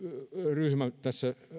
ryhmä tässä